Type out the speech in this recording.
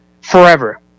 forever